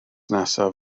nesaf